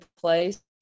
place